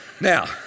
Now